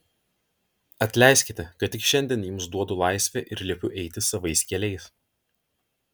atleiskite kad tik šiandien jums duodu laisvę ir liepiu eiti savais keliais